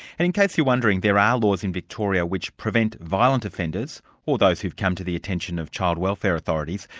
and in case you were wondering, there are laws in victoria which prevent violent offenders or those who have come to the attention of child welfare authorities,